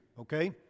okay